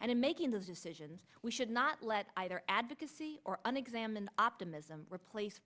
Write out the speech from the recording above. and in making those decisions we should not let either advocacy or on examine optimism replace